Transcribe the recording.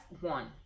one